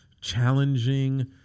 challenging